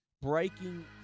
breaking